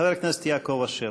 חבר הכנסת יעקב אשר,